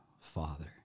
Father